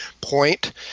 point